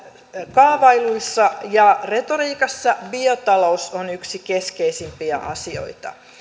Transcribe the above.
kaavailuissa ja retoriikassa biotalous on yksi keskeisimpiä asioita